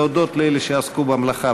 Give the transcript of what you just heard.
להודות לאלה שעסקו במלאכה.